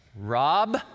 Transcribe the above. Rob